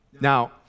Now